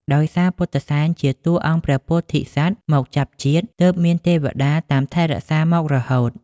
ដោយសារពុទ្ធិសែនជាតួអង្គព្រះពោធិសត្វមកចាប់ជាតិ ទើបមានទេវតាតាមថែរក្សាមករហូត។